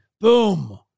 Boom